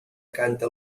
canta